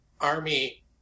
army